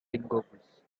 goggles